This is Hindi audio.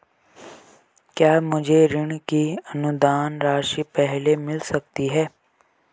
क्या मुझे ऋण की अनुदान राशि पहले मिल सकती है?